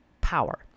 power